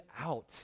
out